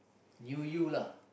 you you lah